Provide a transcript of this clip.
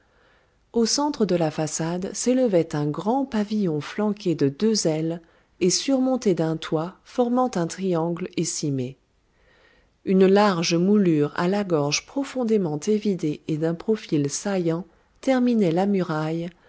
au centre de la façade s'élevait un grand pavillon flanqué de deux ailes et surmonté d'un toit formant un triangle écimé une large moulure à la gorge profondément évidée et d'un profil saillant terminait la muraille